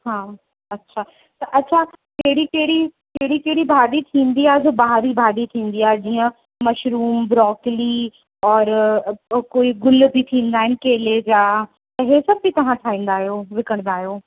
हा अच्छा त अच्छा कहिड़ी कहिड़ी कहिड़ी कहिड़ी भाॼी ईंदी आहे जो ॿाहिरी भाॼी थींदी आहे जीअं मशरुम ब्रोकली और ॿियो कोई गुल बि थींदा आहिनि केले जा त हीअ सभु बि तव्हां ठाहींदा आहियो विकिणंदा आहियो